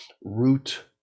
root